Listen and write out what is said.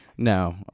No